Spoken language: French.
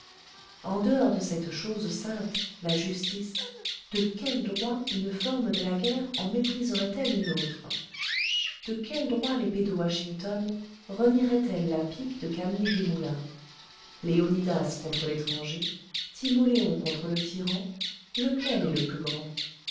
en dehors de cette chose sainte la justice de quel droit une forme de la guerre en mépriserait elle une autre de quel droit l'épée de washington renierait elle la pique de camille desmoulins léonidas contre l'étranger timoléon contre le tyran lequel est le plus grand